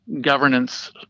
governance